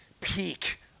peak